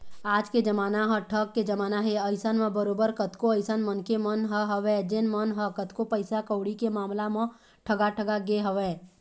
आज के जमाना ह ठग के जमाना हे अइसन म बरोबर कतको अइसन मनखे मन ह हवय जेन मन ह कतको पइसा कउड़ी के मामला म ठगा ठगा गे हवँय